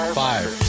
five